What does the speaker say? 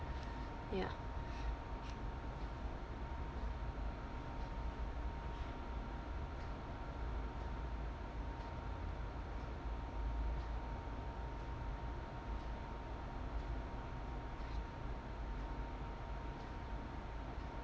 ya